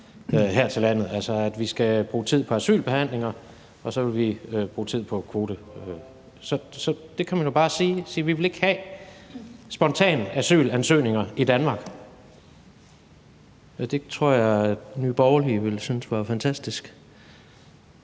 her til landet, altså at vi ikke skal bruge tid på asylbehandlinger, og så vil vi bruge tid på kvoteflygtninge. Så det kan man jo bare sige, altså: Vi vil ikke have spontane asylansøgninger i Danmark. Det tror jeg Nye Borgerlige ville synes var fantastisk.